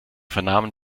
vernahmen